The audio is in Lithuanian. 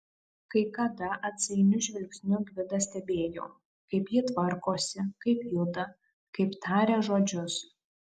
kai kada atsainiu žvilgsniu gvidas stebėjo kaip ji tvarkosi kaip juda kaip taria žodžius